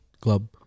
club